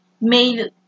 made